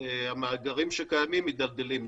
המאגרים שקיימים מידלדלים.